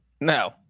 No